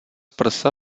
prsa